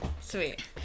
Sweet